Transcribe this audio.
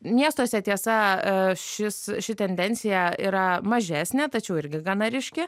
miestuose tiesa šis ši tendencija yra mažesnė tačiau irgi gana ryški